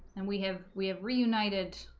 and we have we have reunited